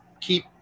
keep